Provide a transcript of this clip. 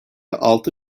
altı